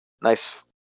nice